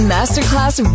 Masterclass